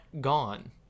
gone